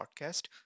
podcast